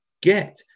Get